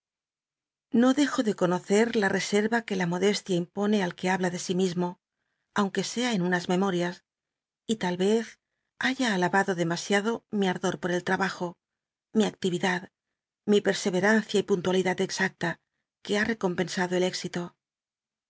no de io de conocer la reserva que la modestia impone al que habla de si mismo aunque sea en unas memorias y tal vez haya alabado demasiado mi ardor por el trabajo mi aclividad mi pcrseyerancia y puntualidad exacta que ha recompensado el éxito